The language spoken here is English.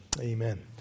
Amen